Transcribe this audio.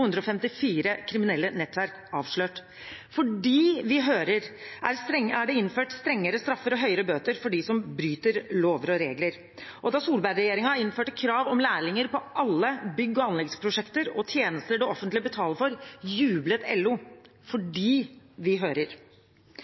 kriminelle nettverk avslørt. Fordi vi hører, er det innført strengere straffer og høyere bøter for dem som bryter lover og regler, og da Solberg-regjeringen innførte krav om lærlinger på alle bygg- og anleggsprosjekter og tjenester det offentlige betaler for, jublet LO – fordi vi hører.